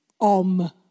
om